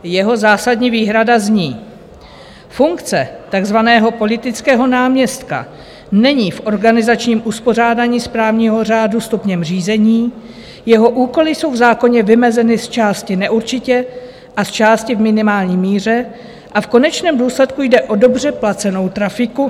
Jeho zásadní výhrada zní: funkce takzvaného politického náměstka není v organizačním uspořádání správního řádu stupněm řízení, jeho úkoly jsou v zákoně vymezeny zčásti neurčitě a zčásti v minimální míře a v konečném důsledku jde o dobře placenou trafiku.